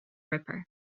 ripper